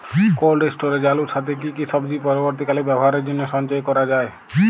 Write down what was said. Cold স্টোরেজে আলুর সাথে কি কি সবজি পরবর্তীকালে ব্যবহারের জন্য সঞ্চয় করা যায়?